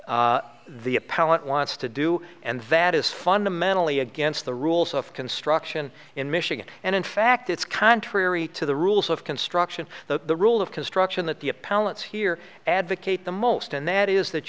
what the appellant wants to do and that is fundamentally against the rules of construction in michigan and in fact it's contrary to the rules of construction the rules of construction that the appellant's here advocate the most and that is that